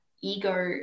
ego